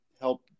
help